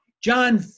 John